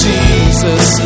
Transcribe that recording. Jesus